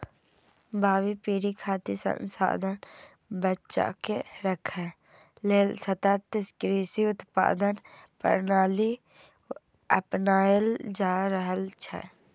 भावी पीढ़ी खातिर संसाधन बचाके राखै लेल सतत कृषि उत्पादन प्रणाली अपनाएल जा रहल छै